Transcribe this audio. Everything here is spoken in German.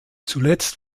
zuletzt